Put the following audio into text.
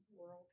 world